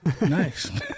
nice